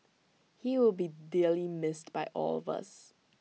he will be dearly missed by all of us